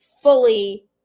fully